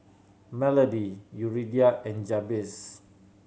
Melody Yuridia and Jabez